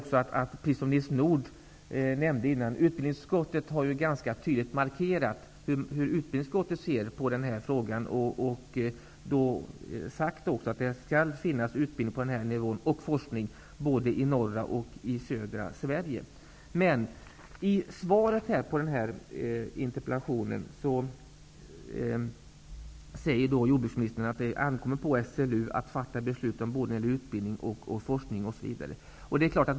Som Nils Nordh nämnde, har utbildningsutskottet ganska tydligt markerat hur man ser på frågan och sagt att det skall finnas utbildning och forskning på den här nivån i både norra och södra Sverige. I svaret på interpellationen säger jordbruksministern att det ankommer på SLU att fatta beslut om forskning och utbildning osv.